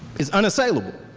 is unassailable.